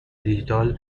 دیجیتال